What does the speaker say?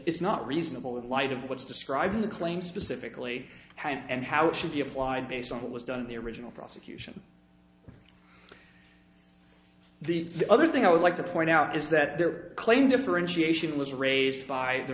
not reasonable in light of what's described in the claim specifically and how it should be applied based on what was done in the original prosecution the other thing i would like to point out is that their claim differentiation was raised by the